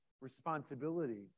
responsibility